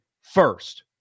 first